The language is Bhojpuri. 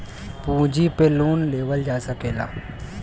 पूँजी पे लोन लेवल जा सकला